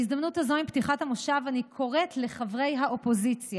בהזדמנות הזו עם פתיחת המושב אני קוראת לחברי האופוזיציה: